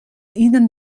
ihnen